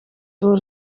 door